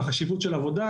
החשיבות של עבודה.